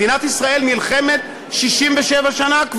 מדינת ישראל נלחמת כבר 67 שנה,